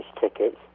tickets